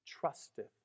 trusteth